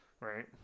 Right